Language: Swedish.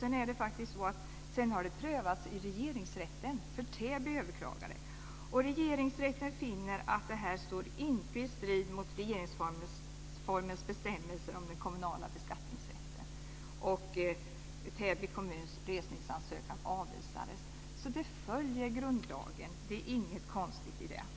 Sedan har det faktiskt också prövats i Regeringsrätten eftersom Täby kommun överklagade. Regeringsrätten finner att detta inte står i strid mot regeringsformens bestämmelser om den kommunala beskattningsrätten. Grundlagen följs alltså, så det är inget konstigt i detta.